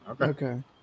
Okay